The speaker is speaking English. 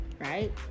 Right